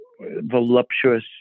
voluptuous